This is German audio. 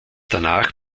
danach